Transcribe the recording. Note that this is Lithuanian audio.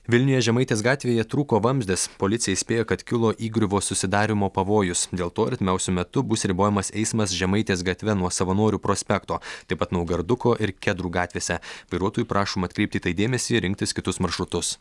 vilniuje žemaitės gatvėje trūko vamzdis policija įspėja kad kilo įgriuvos susidarymo pavojus dėl to artimiausiu metu bus ribojamas eismas žemaitės gatve nuo savanorių prospekto taip pat naugarduko ir kedrų gatvėse vairuotojų prašoma atkreipti į tai dėmesį ir rinktis kitus maršrutus